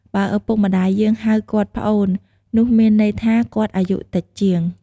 បើឪពុកម្តាយយើងហៅគាត់ "ប្អូន" នោះមានន័យថាគាត់អាយុតិចជាង។